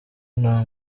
nta